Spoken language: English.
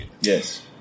Yes